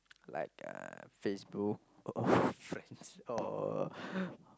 like uh Facebook old friends or